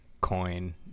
coin